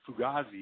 Fugazi